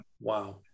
Wow